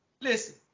Listen